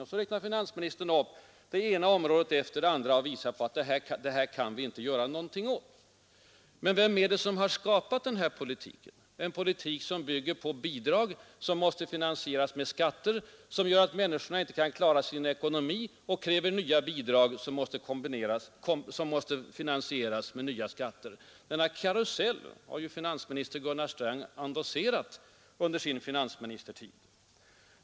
Sedan räknar finansministern upp det ena utgiftsområdet efter det andra och menar, att vi inte heller där kan göra någonting. Men vem är det som har skapat denna politik, som bygger på bidrag, vilka måste finansieras med skatter, som i sin tur gör att människorna inte kan klara sin ekonomi och kräver nya bidrag, vilka finansieras med nya skatter? Jo, denna karusell har finansminister Gunnar Sträng endosserat under sin finansministertid.